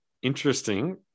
Interesting